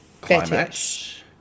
climax